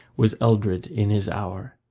was eldred in his hour.